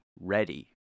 ready